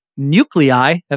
nuclei